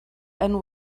and